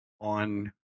on